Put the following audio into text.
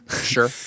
Sure